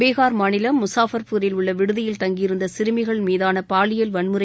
பீகார் மாநிலம் முசாபர்பூரில் உள்ள விடுதியில் தங்கியிருந்த சிறுமிகள் மீதான பாலியல் வன்முறை